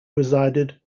resided